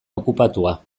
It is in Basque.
okupatua